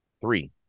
Three